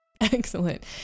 excellent